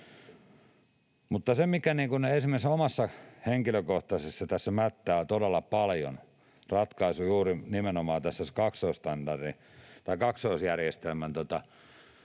Mutta se, mikä esimerkiksi henkilökohtaisesti tässä mättää todella paljon, on ratkaisu juuri nimenomaan tästä kaksoisstandardin